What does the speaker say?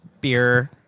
beer